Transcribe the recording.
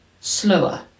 slower